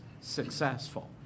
successful